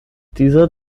dieser